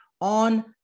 on